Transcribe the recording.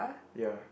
ya